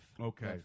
Okay